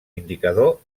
indicador